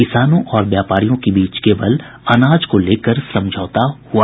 किसानों और व्यापारियों के बीच केवल अनाज को लेकर समझौता हुआ